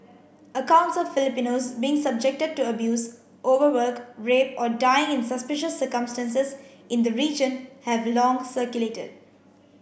accounts of Filipinos being subjected to abuse overwork rape or dying in suspicious circumstances in the region have long circulated